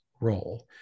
role